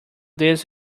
this